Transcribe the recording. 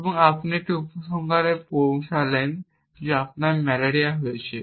এবং আপনি একটি উপসংহারে পৌঁছেছেন যে আপনার ম্যালেরিয়া হয়েছে